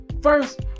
First